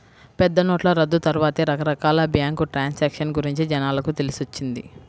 పెద్దనోట్ల రద్దు తర్వాతే రకరకాల బ్యేంకు ట్రాన్సాక్షన్ గురించి జనాలకు తెలిసొచ్చింది